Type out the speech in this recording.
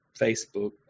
Facebook